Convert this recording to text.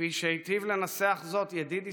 כפי שהיטיב לנסח זאת ידיד ישראל,